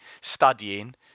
studying